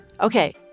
okay